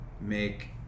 make